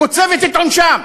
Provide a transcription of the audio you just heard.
קוצבת את עונשם,